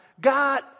God